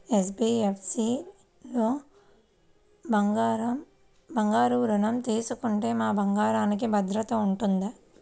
NBFC లలో బంగారు ఋణం తీసుకుంటే మా బంగారంకి భద్రత ఉంటుందా?